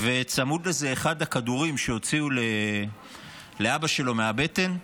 וצמוד לזה אחד הכדורים שהוציאו לאבא שלו מהבטן.